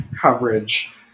coverage